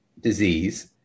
disease